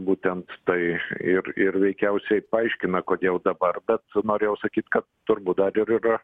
būtent tai ir ir veikiausiai paaiškina kodėl dabar vat norėjau sakyti kad turbūt dar ir yra